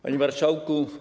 Panie Marszałku!